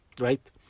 right